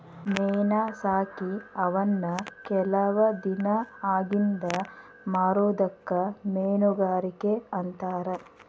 ಮೇನಾ ಸಾಕಿ ಅವನ್ನ ಕೆಲವ ದಿನಾ ಅಗಿಂದ ಮಾರುದಕ್ಕ ಮೇನುಗಾರಿಕೆ ಅಂತಾರ